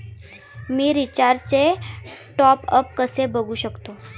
मी रिचार्जचे टॉपअप कसे बघू शकतो?